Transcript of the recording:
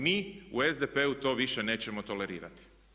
Mi u SDP-u to više nećemo tolerirati.